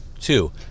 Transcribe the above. Two